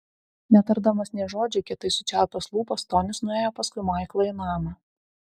netardamas nė žodžio kietai sučiaupęs lūpas tonis nuėjo paskui maiklą į namą